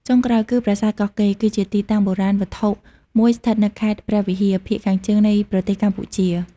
ចុងក្រោយគឺ ប្រាសាទកោះកេរ គឺជាទីតាំងបុរាណវត្ថុមួយស្ថិតនៅខេត្តព្រះវិហារ ភាគខាងជើងនៃប្រទេសកម្ពុជា។